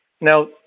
Now